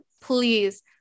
please